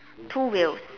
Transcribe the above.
two wheels